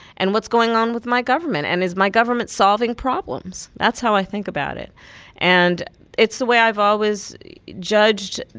and what's going on with my government, and is my government solving problems? that's how i think about it and it's the way i've always judged